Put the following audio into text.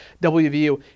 WVU